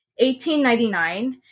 1899